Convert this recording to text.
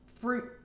fruit